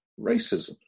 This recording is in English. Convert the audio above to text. racism